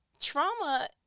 Trauma